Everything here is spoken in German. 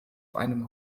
einem